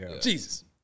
Jesus